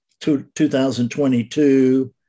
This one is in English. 2022